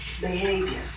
behavior